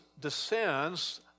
descends